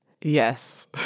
Yes